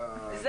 -- יש